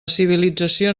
civilització